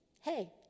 hey